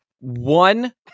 one